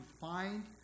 find